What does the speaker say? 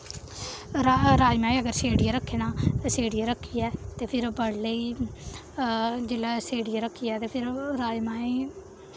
रा राजमांहें ई अगर सेड़ियै रखी ना सेड़ियै रक्खियै ते फिर ओह् बड्डलै ई जेल्लै सेड़ियै रखियै ते फिर राजमांहें ई